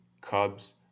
Cubs